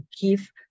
give